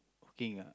working ah